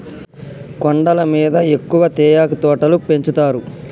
కొండల మీద ఎక్కువ తేయాకు తోటలు పెంచుతారు